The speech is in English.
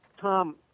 Tom